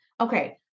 Okay